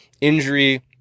injury